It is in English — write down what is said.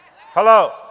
Hello